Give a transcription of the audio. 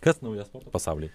kas naujo sporto pasauly